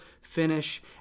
Finish